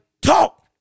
talk